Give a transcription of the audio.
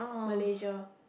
Malaysia